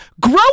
Grow